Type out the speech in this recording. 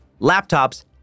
laptops